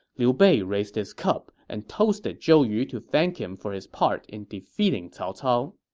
liu bei raised his cup and toasted zhou yu to thank him for his part in defeating cao cao.